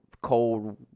cold